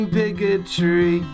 bigotry